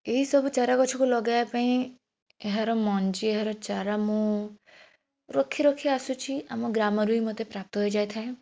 ଏଇ ସବୁ ଚାରା ଗଛକୁ ଲଗାଇବା ପାଇଁ ଏହାର ମଞ୍ଜି ଏହାର ଚାରା ମୁଁ ରଖିରଖି ଆସୁଛି ଆମ ଗ୍ରାମ ରୁ ବି ମୋତେ ପ୍ରାପ୍ତ ହୋଇଯାଇଥାଏ